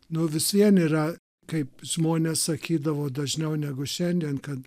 nuo visiems yra kaip žmonės sakydavo dažniau negu šiandien kad